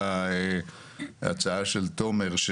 בהצעה של תומר,